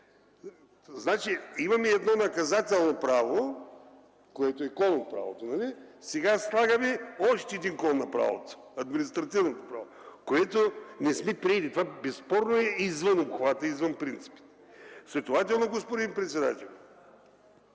24. Имаме едно наказателно право, което е кол на правото, сега слагаме още един кол на правото – административното право, което не сме приели и това безспорно е извън обхвата, извън принципите. Следователно, господин председател,